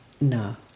no